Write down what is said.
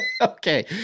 okay